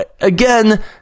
Again